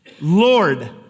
Lord